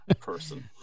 person